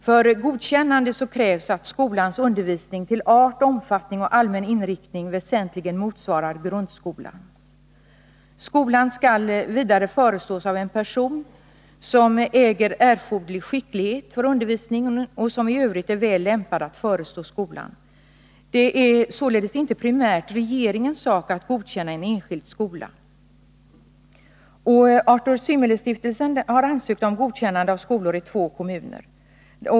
För godkännade krävs att ”skolans undervisning till art, omfattning och allmän inriktning väsentligen motsvarar grundskolans och att skolan förestås av person, vilken äger erforderlig skicklighet för undervisningen och är väl lämpad att förestå skola”. Det är således inte primärt regeringens sak att godkänna en enskild skola. Artturi Similä-s kommuner.